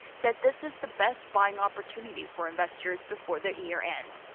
said this is the best buying opportunity for investors before the year-end.